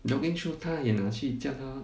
jogging shoe 他也拿去叫他